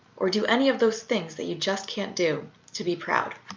or do any of those things that you just can't do to be proud.